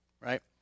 right